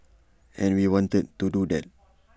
and we wanted to do that